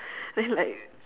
then like